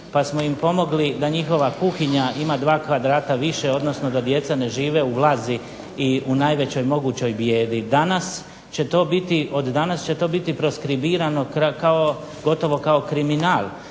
pa smo im pomogli da njihova kuhinja ima 2 kvadrata više, odnosno da djeca ne žive u vlazi i u najvećoj mogućoj bijedi. Od danas će to biti proskrivirano gotovo kao kriminal,